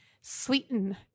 Sweeten